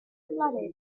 flooded